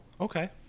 Okay